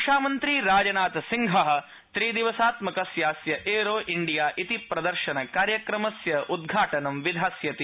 रक्षामन्त्री राजनाथ सिंहः त्रिदिवसात्मकस्यास्य एयरो इंडिया इति प्रदर्शनकार्यक्रमस्य उद्घाटनं विधास्यति